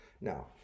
Now